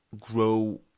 grow